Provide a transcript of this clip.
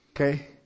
Okay